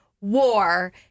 war